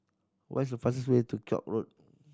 what is the fastest way to Koek Road